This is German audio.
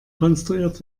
konstruiert